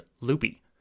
loopy